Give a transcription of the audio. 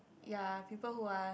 ya people who are